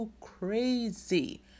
crazy